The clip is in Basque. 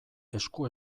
esku